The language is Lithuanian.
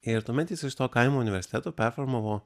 ir tuomet jis iš to kaimo universiteto performavo